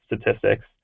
statistics